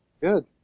good